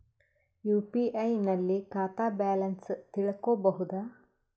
UPI ನಲ್ಲಿ ಖಾತಾ balance ತಿಳಕೊ ಬಹುದಾ?